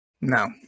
No